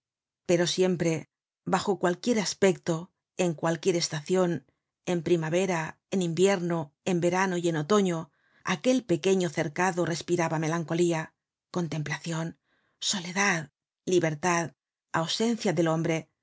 pero siempre bajo cualquier aspecto en cualquier estacion en primavera en invierno en verano y en otoño aquel pequeño cercado respiraba melancolía contemplacion soledad libertad ausencia del hombre